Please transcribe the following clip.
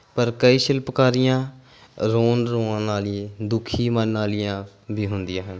ਪਰ ਕਈ ਸ਼ਿਲਪਕਾਰੀਆਂ ਰੋਣ ਰਵਾਉਣ ਵਾਲੀ ਦੁਖੀ ਮਨ ਵਾਲੀਆਂ ਵੀ ਹੁੰਦੀਆਂ ਹਨ